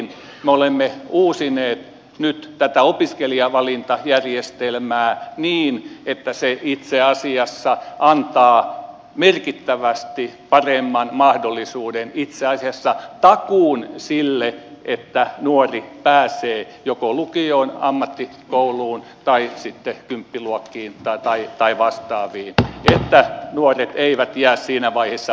me olemme uusineet nyt tätä opiskelijavalintajärjestelmää niin että se itse asiassa antaa merkittävästi paremman mahdollisuuden itse asiassa takuun siihen että nuori pääsee joko lukioon ammattikouluun tai sitten kymppiluokkiin tai vastaaviin että nuoret eivät jää siinä vaiheessa